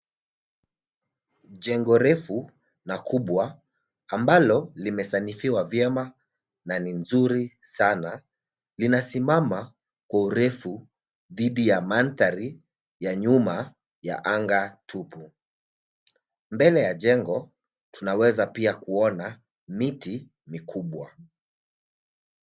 Jengo refu na kubwa ambalo limesanifiwa vyema na ni nzuri sana linasimama kwa urefu dhidi ya mandhari ya nyuma ya anga tupu. Mbele ya jengo tunaweza pia kuona miti mikubwa.